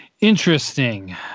interesting